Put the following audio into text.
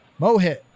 Mohit